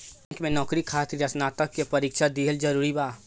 Bank में नौकरी खातिर स्नातक के परीक्षा दिहल जरूरी बा?